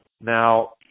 Now